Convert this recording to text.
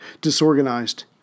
disorganized